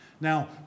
Now